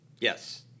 Yes